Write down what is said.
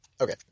Okay